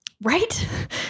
right